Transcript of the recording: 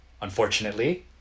Unfortunately